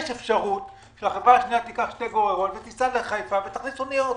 יש אפשרות שהחברה השנייה תיקח שתי גוררות ותיסע לחיפה ותכניס אוניות.